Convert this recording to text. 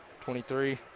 23